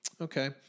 Okay